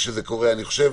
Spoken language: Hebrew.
אני חושב